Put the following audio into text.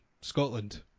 Scotland